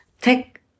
take